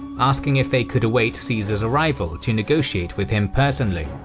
asking if they could await caesar's arrival to negotiate with him personally.